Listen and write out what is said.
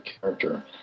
character